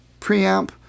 preamp